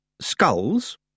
skulls